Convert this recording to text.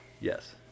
Yes